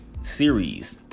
series